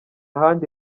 handi